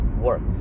work